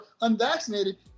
unvaccinated